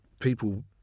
people